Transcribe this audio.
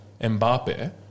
Mbappe